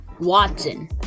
Watson